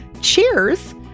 Cheers